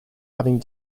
having